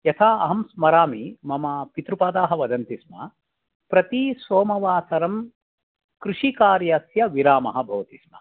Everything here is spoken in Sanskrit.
यथा अहं स्मरामि मम पितृपादाः वदन्ति स्म प्रतिसोमवासरं कृषिकार्यस्य विरामः भवति स्म